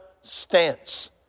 stance